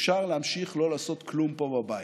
אפשר להמשיך לא לעשות כלום פה בבית.